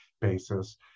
basis